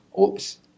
Oops